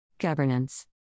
Governance